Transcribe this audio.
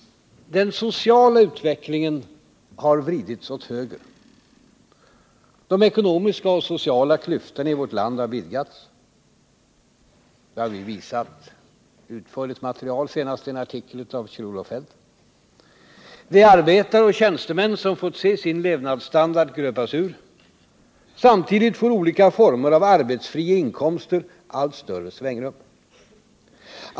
Den sociala utvecklingen har vridits åt höger. De ekonomiska och sociala klyftorna i vårt land har vidgats. Det har vi visat med utförligt material, senast ien artikel av Kjell-Olof Feldt. Det är arbetare och tjänstemän som fått se sin levnadsstandard gröpas ur. Samtidigt får olika former av arbetsfria inkomster allt större svängrum.